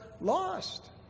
lost